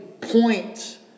point